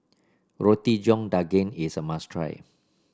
Roti John Daging is a must try